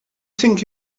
think